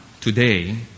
today